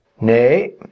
Nay